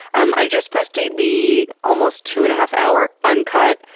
um i just posted the almost two-and-a-half hour uncut,